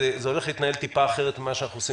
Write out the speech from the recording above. זה הולך להתנהל קצת אחרת ממה שאנחנו עושים